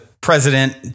president